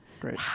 Great